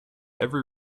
every